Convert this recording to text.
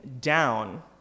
down